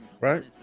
Right